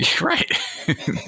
Right